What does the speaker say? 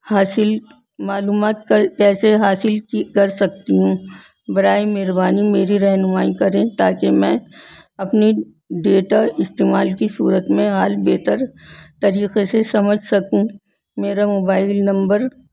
حاصل معلومات کر کیسے حاصل کی کر سکتی ہوں برائے مہربانی میری رہنمائی کریں تا کہ میں اپنی ڈیٹا استعمال کی صورت میں حال بہتر طریقے سے سمجھ سکوں میرا موبائل نمبر